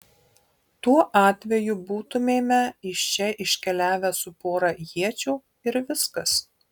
tuo atveju būtumėme iš čia iškeliavę su pora iečių ir viskas